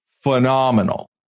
phenomenal